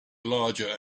larger